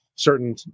certain